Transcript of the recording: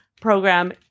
program